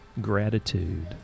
gratitude